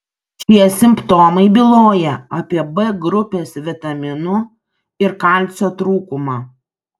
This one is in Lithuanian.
šie simptomai byloja apie b grupės vitaminų ir kalcio trūkumą